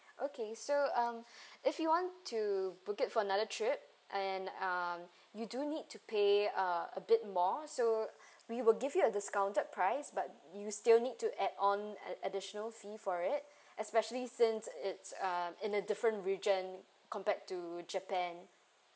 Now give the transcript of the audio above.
okay so um if you want to book it for another trip and um you do need to pay uh a bit more so we will give you a discounted price but you still need to add on an additional fee for it especially since it's uh in a different region compared to japan